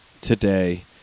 today